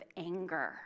anger